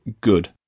good